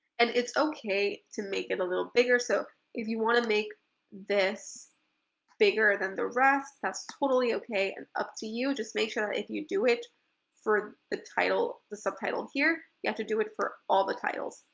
and it's okay to make it a little bigger so if you want to make this bigger than the rest, that's totally okay and up to you. just make sure that if you do it for the title, the subtitle here you have to do it for all the titles.